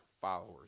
followers